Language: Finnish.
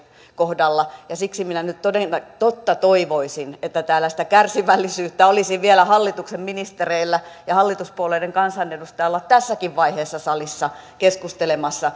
kohdalla ja siksi minä nyt toden totta toivoisin että tällaista kärsivällisyyttä olisi vielä hallituksen ministereillä ja hallituspuolueiden kansanedustajilla tässäkin vaiheessa salissa keskustella